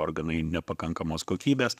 organai nepakankamos kokybės